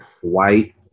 White